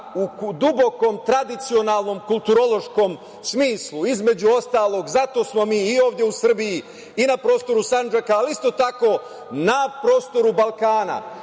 u dubokom tradicionalnom, kulturološkom smislu, između ostalog, zato smo mi i ovde u Srbiji i na prostoru Sandžaka, ali isto tako, na prostoru Balkana,